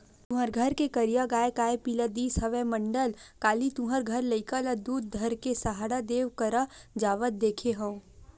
तुँहर घर के करिया गाँय काय पिला दिस हवय मंडल, काली तुँहर घर लइका ल दूद धर के सहाड़ा देव करा जावत देखे हँव?